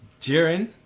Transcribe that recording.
Jiren